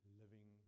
living